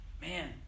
man